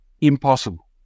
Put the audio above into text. impossible